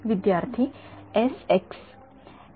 विद्यार्थी S x